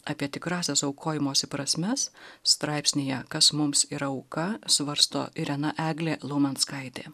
apie tikrąsias aukojimosi prasmes straipsnyje kas mums yra auka svarsto irena eglė laumenskaitė